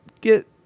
get